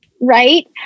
Right